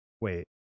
wait